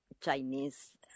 Chinese